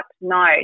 no